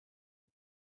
but